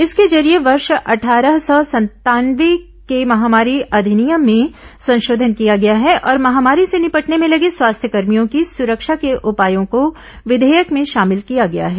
इसके जरिए वर्ष अट्ठारह सौ संतानेव के महामारी अधिनियम में संशोधन किया गया है और महामारी से निपटने में लगे स्वास्थ्यकर्मियों की सुरक्षा के उपायों को विधेयक में शामिल किया गया है